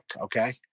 Okay